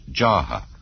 Jaha